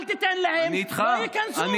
אל תיתן להם, לא ייכנסו.